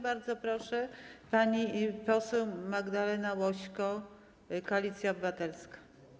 Bardzo proszę, pani poseł Magdalena Łośko, Koalicja Obywatelska.